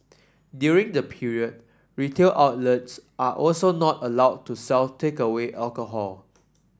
during the period retail outlets are also not allowed to sell takeaway alcohol